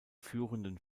führenden